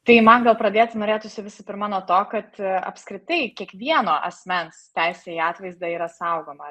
tai man gal pradėti norėtųsi visų pirma nuo to kad apskritai kiekvieno asmens teisė į atvaizdą yra saugoma